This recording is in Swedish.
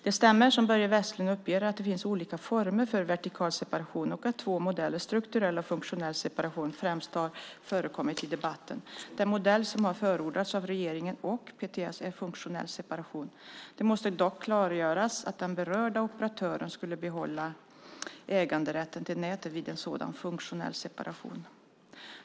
Det stämmer, som Börje Vestlund uppger, att det finns olika former för vertikal separation och att två modeller, strukturell och funktionell separation, främst har förekommit i debatten. Den modell som har förordats av regeringen - och PTS - är funktionell separation. Det måste dock klargöras att den berörda operatören skulle behålla äganderätten till nätet vid en sådan funktionell separation.